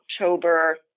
October